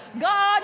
God